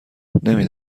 نمی